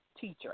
teacher